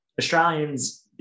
Australians